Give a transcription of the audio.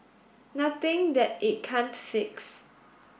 nothing that it can't fix